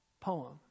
Poem